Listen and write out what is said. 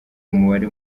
umubare